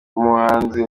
muhanzi